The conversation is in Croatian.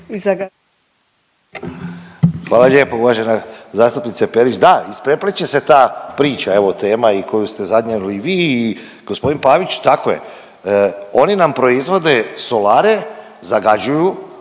Hvala lijepo uvažena zastupnice Perić. Da, isprepliće se ta priča, evo tema i koju ste …/Govornik se ne razumije./… i vi i gospodin Pavić. Tako je, oni nam proizvode solare, zagađuju